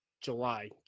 July